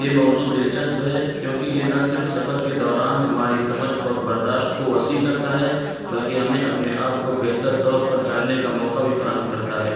یہ موضوع دلچسپ ہے کیونکہ یہ نہ صرف سفر کے دوران ہماری سمجھ اور برداشت کو وسیع کرتا ہے بلکہ ہمیں اپنے آپ کو بہتر طور پر جاننے کا موقع بھی فراہم کرتا ہے